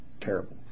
terrible